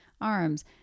arms